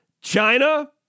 China